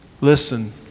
listen